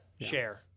Share